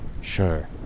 Sure